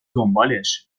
دنبالش